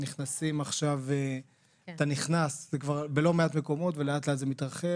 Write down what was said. זה כבר בלא מעט מקומות ולאט-לאט זה מתרחב